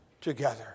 together